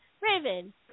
Raven